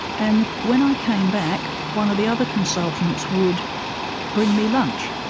and when i came back, one of the other consultants would bring me lunch.